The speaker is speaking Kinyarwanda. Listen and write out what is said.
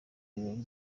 birori